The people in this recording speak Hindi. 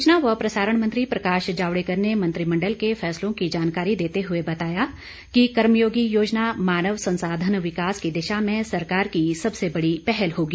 सूचना व प्रसारण मंत्री प्रकाश जावडेकर ने मंत्रिमंडल के फैसलों की जानकारी देते हुए बताया कि कर्मयोगी योजना मानव संसाधन विकास की दिशा में सरकार की सबसे बड़ी पहल होगी